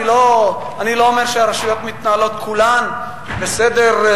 אני לא אומר שהרשויות מתנהלות כולן בסדר,